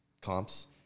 comps